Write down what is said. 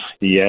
yes